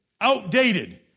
outdated